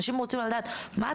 אנשים רוצים לדעת מה הטיפול,